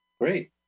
Great